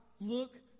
Look